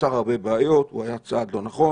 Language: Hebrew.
יצר הרבה בעיות, הוא היה צעד לא נכון